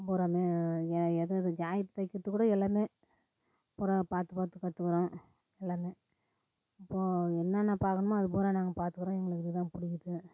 பூராவுமே ஏ எது எது ஜாக்கெட் தைக்கிறத்துக்கு கூட எல்லாமே பூரா பார்த்து பார்த்து பார்த்து கற்றுகுறோம் எல்லாமே இப்போ என்னான்னா பார்க்கணுமோ அது பூரா நாங்கள் பார்த்துக்கறோம் எங்களுக்கு இது தான் பிடிக்குது